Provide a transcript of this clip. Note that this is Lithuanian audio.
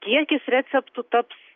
kiekis receptų taps